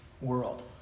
world